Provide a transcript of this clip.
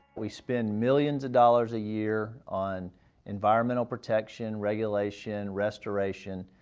we spend millions of dollars a year on environmental protection, regulation, restoration,